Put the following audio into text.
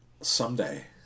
Someday